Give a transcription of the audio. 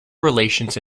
relations